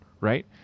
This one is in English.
right